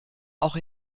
auch